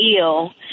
ill